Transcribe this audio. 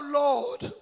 lord